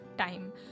time